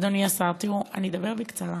אדוני השר, תראו, אני אדבר בקצרה.